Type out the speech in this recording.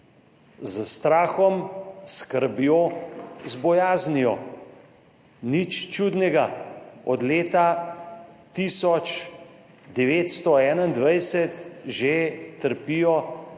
S strahom, s skrbjo, z bojaznijo! Nič čudnega, od leta 1921 že trpijo